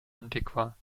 antiqua